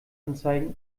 anzeigen